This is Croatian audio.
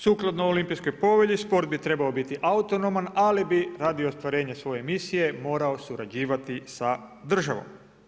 Sukladno olimpijskoj povelji sport bi trebao biti autonoman, ali bi radi ostvarenja svoje misije morao surađivati sa državom.